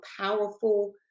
powerful